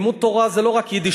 לימוד תורה זה לא יידישקייט.